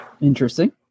Interesting